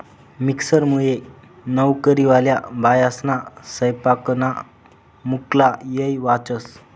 मिक्सरमुये नवकरीवाल्या बायास्ना सैपाकना मुक्ला येय वाचस